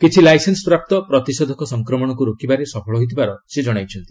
କିଛି ଲାଇସେନ୍ନପ୍ରାପ୍ତ ପ୍ରତିଷେଧକ ସଂକ୍ରମଣକୁ ରୋକିବାରେ ସଫଳ ହୋଇଥିବାର ସେ ଜଣାଇଛନ୍ତି